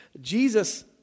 Jesus